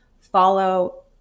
follow